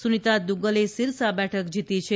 સુનિતા દુગ્ગલે સિરસા બેઠક જીતી છે